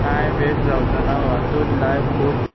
time waste जावचो ना वो हातूंत लायफ खूब